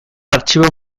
artxibo